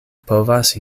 povas